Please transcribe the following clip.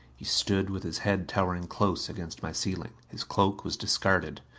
he stood with his head towering close against my ceiling. his cloak was discarded.